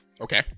Okay